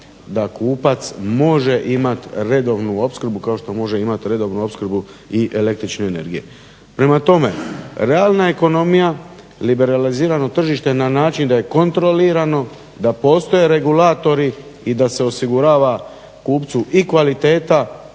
da kupac može imat redovnu opskrbu kao što može imat redovnu opskrbu i električne energije. Prema tome, realna ekonomija, liberalizirano tržište na način da je kontrolirano, da postoje regulatori i da se osigurava kupcu i kvaliteta